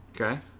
Okay